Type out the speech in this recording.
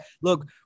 Look